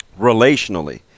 relationally